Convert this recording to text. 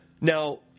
Now